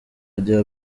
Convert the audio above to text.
ajya